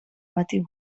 bati